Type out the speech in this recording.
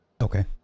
Okay